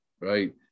right